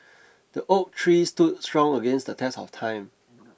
the oak tree stood strong against the test of time